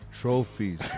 trophies